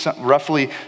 roughly